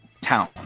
Town